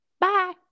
Bye